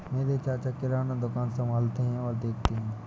मेरे चाचा किराना दुकान संभालते और देखते हैं